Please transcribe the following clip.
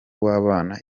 w’abana